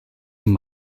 amb